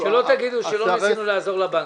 שלא תגידו שלא ניסינו לעזור לבנקים.